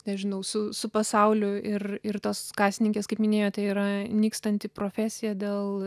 nežinau su su pasauliu ir ir tos kasininkės kaip minėjote yra nykstanti profesija dėl